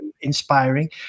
inspiring